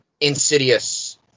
Insidious